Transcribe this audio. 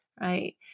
right